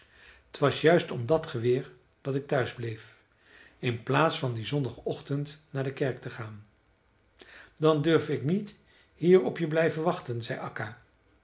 t was juist om dat geweer dat ik thuis bleef in plaats van dien zondagochtend naar de kerk te gaan dan durf ik niet hier op je blijven wachten zei